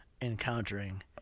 encountering